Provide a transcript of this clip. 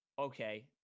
okay